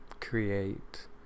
create